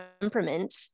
temperament